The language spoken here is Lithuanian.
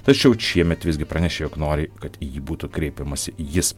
tačiau šiemet visgi pranešė jog nori kad į jį būtų kreipiamasi jis